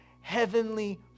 heavenly